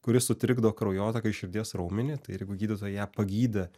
kuri sutrikdo kraujotaką ir širdies raumenį tai jeigu gydytojai ją pagydė